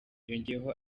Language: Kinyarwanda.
yongeyeho